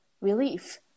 relief